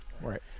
Right